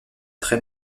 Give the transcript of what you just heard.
très